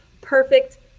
perfect